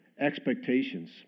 expectations